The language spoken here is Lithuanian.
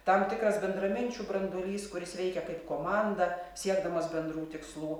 tam tikras bendraminčių branduolys kuris veikia kaip komanda siekdamas bendrų tikslų